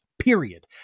period